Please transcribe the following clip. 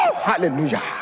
Hallelujah